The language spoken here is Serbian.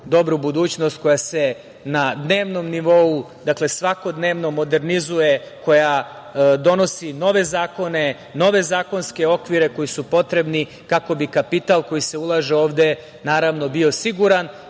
dobru budućnost, koja se na dnevnom nivou, dakle svakodnevno, modernizuje, koja donosi nove zakone, nove zakonske okvire koji su potrebni kako bi kapital koji se ulaže ovde bio siguran,